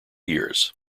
years